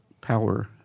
power